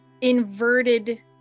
inverted